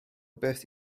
beth